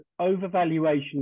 overvaluation